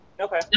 Okay